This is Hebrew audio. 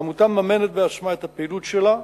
העמותה מממנת בעצמה את הפעילות שלה,